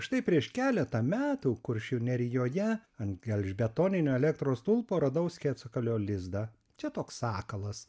štai prieš keletą metų kuršių nerijoje ant gelžbetoninio elektros stulpo radau sketsakalio lizdą čia toks sakalas